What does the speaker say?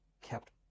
kept